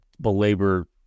belabor